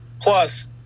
Plus